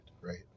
right